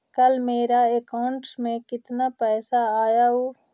कल मेरा अकाउंटस में कितना पैसा आया ऊ?